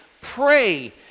pray